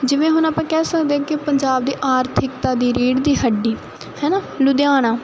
ਜਿਵੇਂ ਹੁਣ ਆਪਾਂ ਕਹਿ ਸਕਦੇ ਹਾਂ ਕਿ ਪੰਜਾਬ ਦੀ ਆਰਥਿਕਤਾ ਦੀ ਰੀੜ੍ਹ ਦੀ ਹੱਡੀ ਹੈ ਨਾ ਲੁਧਿਆਣਾ